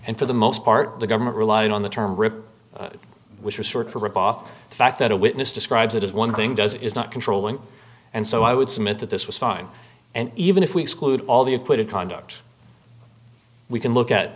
and for the most part the government relied on the term rip which was short for rip off the fact that a witness describes it as one thing does is not controlling and so i would submit that this was fine and even if we exclude all the acquitted conduct we can look at